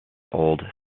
old